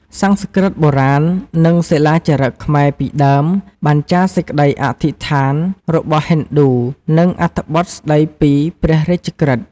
សំស្ក្រឹតបុរាណ និងសិលាចារឹកខ្មែរពីដើមបានចារសេចក្ដីអធិស្ឋានរបស់ហិណ្ឌូ និងអត្ថបទស្ដីពីព្រះរាជក្រឹត្យ។